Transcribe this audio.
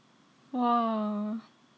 !wah!